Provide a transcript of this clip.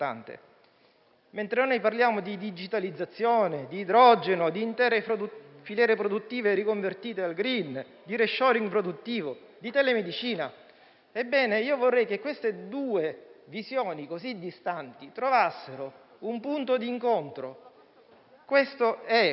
- che noi parliamo invece di digitalizzazione, idrogeno, intere filiere produttive riconvertite al *green,* *reshoring* produttivo e telemedicina. Vorrei che queste due visioni così distanti trovassero un punto d'incontro. Questo è